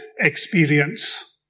experience